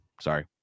Sorry